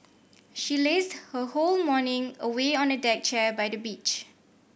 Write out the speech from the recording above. she lazed her whole morning away on a deck chair by the beach